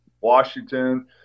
Washington